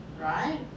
right